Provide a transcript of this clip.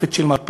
תוספת של מרפסת,